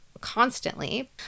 constantly